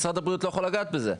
ומשרד הבריאות לא יכול לגעת בזה.